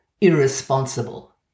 irresponsible